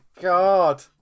god